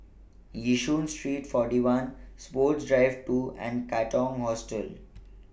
Yishun Street forty one Sports Drive two and Katong Hostel